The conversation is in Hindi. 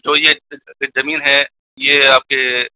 तो ये जमीन है ये आपके